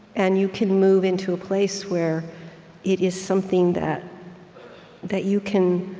and you can move into a place where it is something that that you can